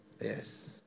Yes